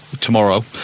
tomorrow